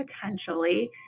potentially